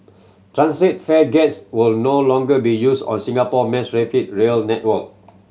turnstile fare gates will no longer be used on Singapore mass rapid rail network